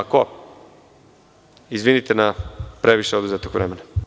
Izvinite na previše oduzetog vremena.